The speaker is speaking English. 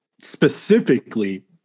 specifically